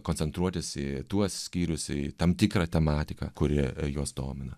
koncentruotis į tuos skyrius į tam tikrą tematiką kuri juos domina